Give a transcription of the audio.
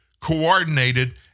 coordinated